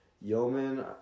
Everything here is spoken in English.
yeoman